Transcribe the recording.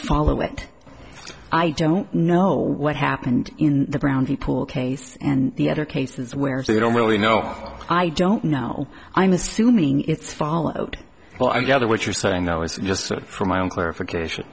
follow it i don't know what happened in the brown the pool case and the other cases where they don't really know i don't know i'm assuming it's fall out well i gather what you're saying though is just for my own clarification